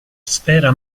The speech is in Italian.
sfera